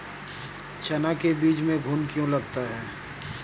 चना के बीज में घुन क्यो लगता है?